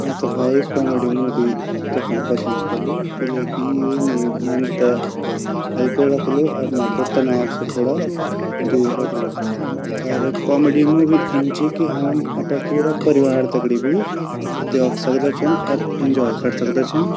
मेता भाई comedy movie देखंड पसंद करलु किलेकी यु मेरा मन ते हल्कू राखलु अर मेते तनाव से थोड़ा दूर रखलु अर कॉमेडी मूवी इन ची की हम अपरा पूरा परिवार दगडी भी देख सकदा छिन अर एन्जॉय कर सकदा छिन।